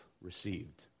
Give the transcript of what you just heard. received